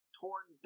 torn